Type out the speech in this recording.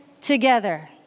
together